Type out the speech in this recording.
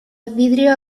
vidrio